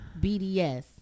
BDS